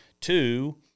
Two